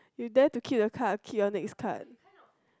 you dare to keep the card keep the next card